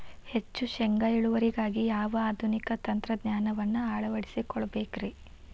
ಹೆಚ್ಚು ಶೇಂಗಾ ಇಳುವರಿಗಾಗಿ ಯಾವ ಆಧುನಿಕ ತಂತ್ರಜ್ಞಾನವನ್ನ ಅಳವಡಿಸಿಕೊಳ್ಳಬೇಕರೇ?